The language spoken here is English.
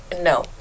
no